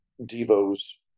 Devo's